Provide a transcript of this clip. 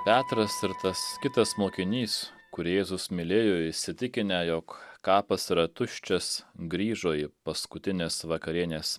petras ir tas kitas mokinys kurį jėzus mylėjo įsitikinę jog kapas yra tuščias grįžo į paskutinės vakarienės